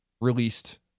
released